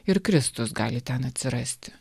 ir kristus gali ten atsirasti